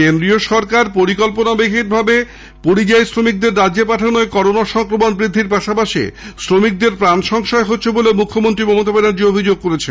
কেন্দ্রীয় সরকার পরিকল্পনাহীনভাবে পরিযায়ী শ্রমিকদের রাজ্যে পাঠানোয় করোনা সংক্রমণ বৃদ্ধির পাশাপাশি শ্রমিকদের প্রাণ সংশয় হচ্ছে বলে মুখ্যমন্ত্রী মমতা ব্যানার্জী অভিযোগ করেছেন